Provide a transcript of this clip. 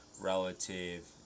relative